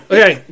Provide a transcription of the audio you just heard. Okay